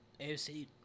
AFC